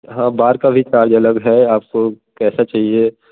हाँ बाल का भी चार्ज अलग है आपको कैसा चाहिए